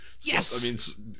Yes